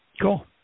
Cool